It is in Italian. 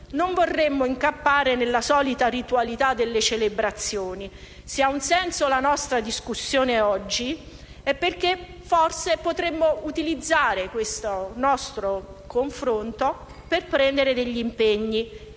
Non vorremmo incappare nella solita ritualità delle celebrazioni. Se ha un senso la nostra discussione oggi, è perché potremmo forse utilizzare questo nostro confronto per assumere degli impegni